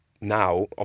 now